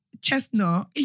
Chestnut